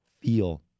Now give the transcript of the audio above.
feel